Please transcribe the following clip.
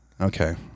Okay